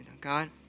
God